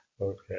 Okay